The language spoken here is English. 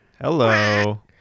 Hello